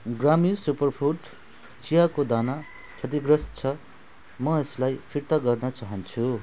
ग्रामी सुपरफुड चियाको दाना क्षतिग्रस्त छ म यसलाई फिर्ता गर्न चाहन्छु